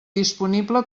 disponible